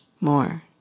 more